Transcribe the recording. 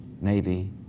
navy